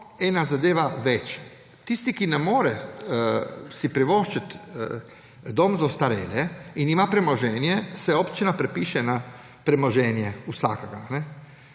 eno zadevo več! Tisti, ki si ne more privoščiti doma za ostarele in ima premoženje, se občina prepiše na premoženje vsakega.